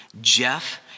Jeff